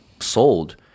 sold